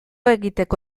egiteko